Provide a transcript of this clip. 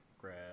grab